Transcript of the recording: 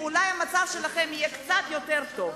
ואולי המצב שלכם יהיה קצת יותר טוב.